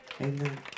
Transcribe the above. Amen